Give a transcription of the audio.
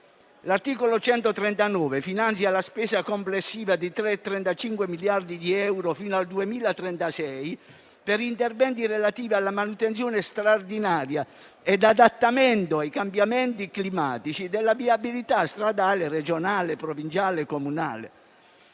L'articolo 139 finanzia la spesa complessiva di 35 miliardi di euro fino al 2036 per interventi relativi alla manutenzione straordinaria e all'adattamento ai cambiamenti climatici della viabilità stradale regionale, provinciale e comunale.